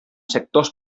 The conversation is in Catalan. sectors